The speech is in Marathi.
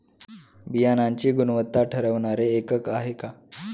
बियाणांची गुणवत्ता ठरवणारे एकक आहे का?